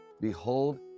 Behold